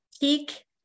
peak